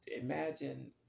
imagine